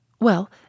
Well